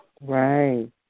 Right